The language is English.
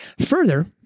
Further